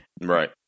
Right